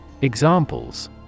Examples